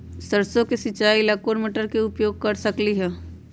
सरसों के सिचाई ला कोंन मोटर के उपयोग कर सकली ह?